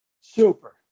Super